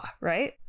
right